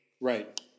Right